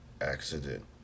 accident